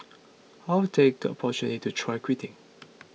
I'll take the opportunity to try quitting